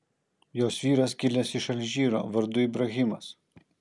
jos vyras kilęs iš alžyro vardu ibrahimas